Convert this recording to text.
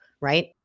right